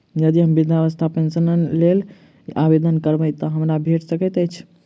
यदि हम वृद्धावस्था पेंशनक लेल आवेदन करबै तऽ हमरा भेट सकैत अछि?